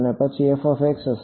અને પછી હશે